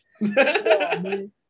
man